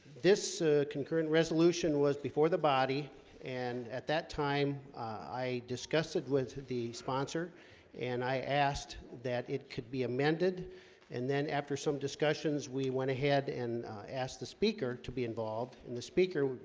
this concurrent resolution was before the body and at that time i discuss it with the sponsor and i asked that it could be amended and then after some discussions we went ahead and asked the speaker to be involved and the speaker